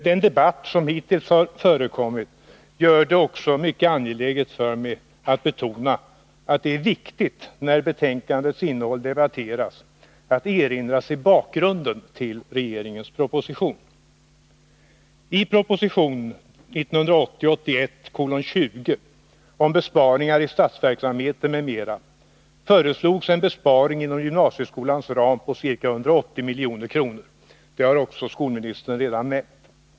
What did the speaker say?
Den debatt som hittills har förekommit gör det också mycket angeläget för mig att betona att det är viktigt, när betänkandets innehåll debatteras, att erinra sig bakgrunden till regeringens proposition. I proposition 1980/81:20 om besparingar i statsverksamheten, m.m., föreslogs en besparing inom gymnasieskolans ram på ca 180 milj.kr.; det har skolministern redan nämnt.